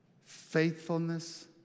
faithfulness